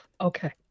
okay